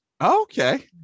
Okay